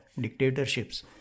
dictatorships